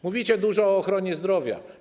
Mówicie dużo o ochronie zdrowia.